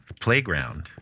playground